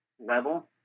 level